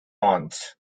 aunts